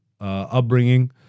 upbringing